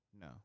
no